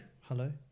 Hello